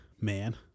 man